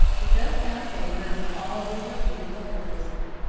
the joke found favour and the call was repeated hilariously.